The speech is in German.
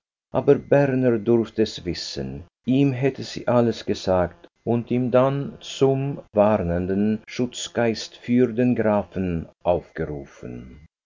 aber berner durfte es wissen ihm hätte sie alles gesagt und ihn dann zum warnenden schutzgeist für den grafen aufgerufen